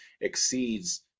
exceeds